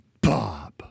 Bob